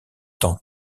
temps